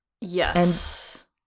Yes